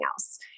else